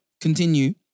Continue